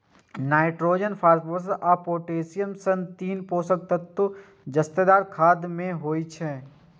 nitrogen, phosphorus आ potassium सन तीन पोषक तत्व जादेतर खाद मे होइ छै